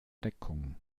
deckung